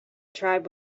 tribe